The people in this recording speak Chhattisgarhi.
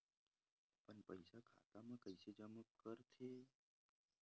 अपन पईसा खाता मा कइसे जमा कर थे?